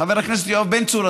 חבר הכנסת יואב בן צור,